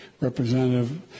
Representative